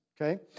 okay